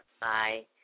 Bye